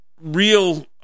real